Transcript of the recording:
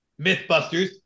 Mythbusters